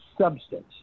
substance